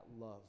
love